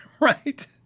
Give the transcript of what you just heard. Right